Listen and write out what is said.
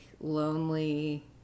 lonely